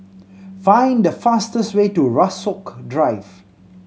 find the fastest way to Rasok Drive